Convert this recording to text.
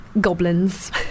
goblins